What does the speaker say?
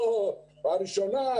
לא הראשונה,